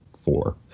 four